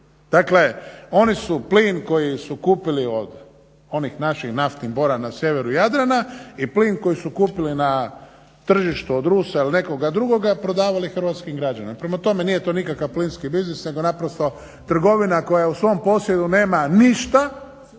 Dakle oni su plin koji su kupili od onih naših naftnih bora na sjeveru Jadrana i plin koji su kupili na tržištu od Rusa ili nekoga drugoga prodavali hrvatskim građanima. Prema tome nije to nikakav plinski biznis nego trgovina koja u svom posjedu nema ništa